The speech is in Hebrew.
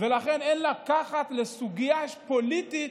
לכן אין לקחת לסוגיה פוליטית.